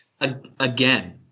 Again